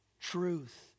truth